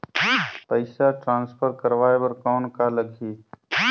पइसा ट्रांसफर करवाय बर कौन का लगही?